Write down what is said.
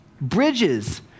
bridges